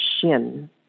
Shin